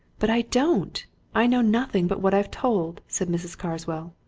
but i don't i know nothing but what i've told, said mrs. carswell.